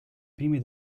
primi